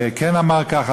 כן אמר ככה,